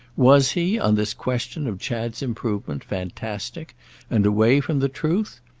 was he, on this question of chad's improvement, fantastic and away from the truth?